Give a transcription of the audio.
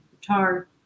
guitar